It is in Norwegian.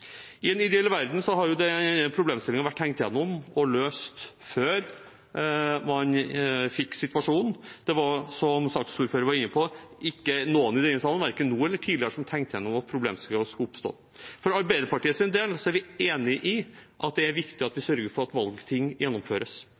I en ideell verden hadde denne problemstillingen vært tenkt gjennom og løst før man fikk situasjonen. Det var, som saksordføreren var inne på, ingen i denne salen, verken nå eller tidligere, som hadde tenkt gjennom at problemstillingen skulle oppstå. For Arbeiderpartiets del er vi enig i at det er viktig at vi sørger for at valgting gjennomføres,